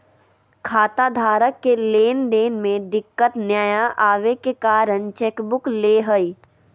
खाताधारक के लेन देन में दिक्कत नयय अबे के कारण चेकबुक ले हइ